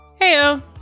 Heyo